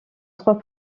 trois